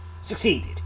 Succeeded